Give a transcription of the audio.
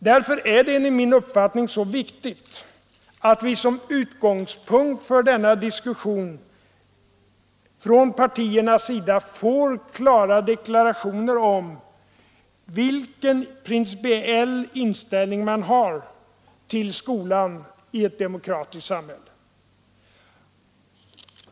Därför är det enligt min uppfattning viktigt att vi som utgångspunkt för denna diskussion från partierna får klara deklarationer om vilken principiell inställning man har till skolan i ett demokratiskt samhälle.